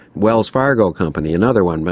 wells fargo company, another one,